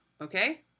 okay